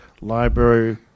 library